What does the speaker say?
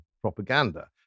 propaganda